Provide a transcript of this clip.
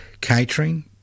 Catering